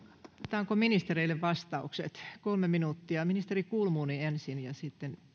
annetaanko ministereille vastaukset kolme minuuttia ministeri kulmuni ensin ja sitten